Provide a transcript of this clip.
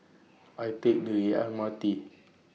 Can I Take The M R T